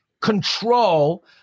control